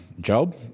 Job